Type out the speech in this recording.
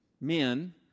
men